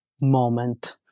moment